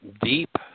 deep